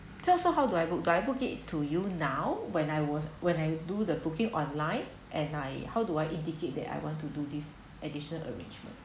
so so how do I book do I book it to you now when I was when I do the booking online and I how do I indicate that I want to do this additional arrangement